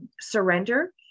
surrender